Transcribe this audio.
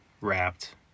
Wrapped